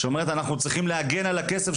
שאומרת: אנחנו צריכים להגן על הכסף,